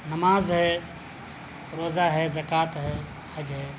نماز ہے روزہ ہے زکوٰۃ ہے حج ہے